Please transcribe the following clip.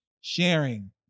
sharing